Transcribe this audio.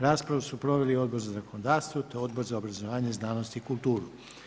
Raspravu su proveli Odbor za zakonodavstvo te Odbor za obrazovanje, znanost i kulturu.